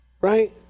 right